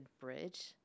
bridge